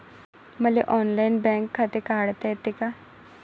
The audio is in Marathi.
मले ऑनलाईन बँक खाते काढता येते का?